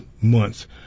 months